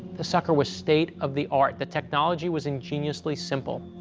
the sucker was state of the art. the technology was ingeniously simple.